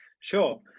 Sure